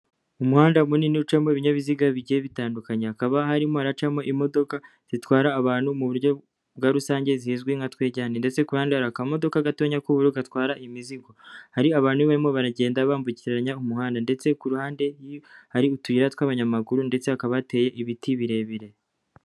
Umuhanda munini ucamo ibinyabiziga bigiye bitandukanye, hakaba harimo haracamo imodoka zitwara abantu mu buryo bwa rusange, zizwi nka twegerane ndetse kuruhande hari akamodoka gatoya kubururu gatwara imizigo, hari abantu barimo baragenda bambukiranya umuhanda ndetse kuruhande hari utuyi tw'abanyamaguru ndetse hakaba hateye ibiti birebire.